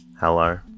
Hello